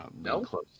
no